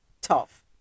tough